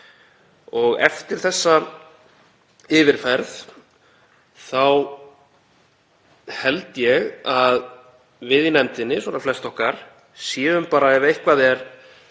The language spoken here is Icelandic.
Eftir þessa yfirferð held ég að við í nefndinni, svona flest okkar, séum bara ef eitthvað er